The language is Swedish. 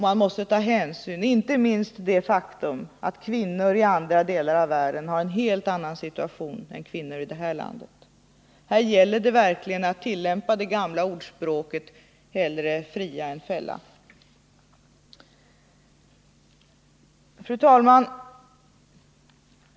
Man måste ta hänsyn, inte minst till det faktum att kvinnor i andra delar av världen har en helt annan situation än kvinnor i det här landet. Här gäller det verkligen att tillämpa det gamla ordspråket: Hellre fria än fälla. Fru talman!